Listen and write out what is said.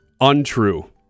untrue